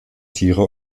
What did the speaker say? tiere